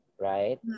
right